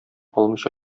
алмыйча